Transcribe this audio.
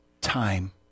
time